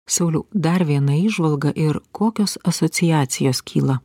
sauliau dar viena įžvalga ir kokios asociacijos kyla